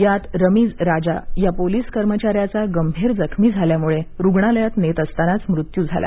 यात रमीज राजा या पोलिस कर्मचाऱ्याचा गंभीर जखमी झाल्यामुळे रुग्णालयात नेत असतानाच मृत्यू झाला